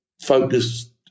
focused